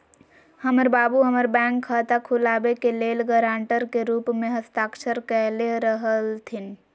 हमर बाबू हमर बैंक खता खुलाबे के लेल गरांटर के रूप में हस्ताक्षर कयले रहथिन